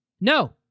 No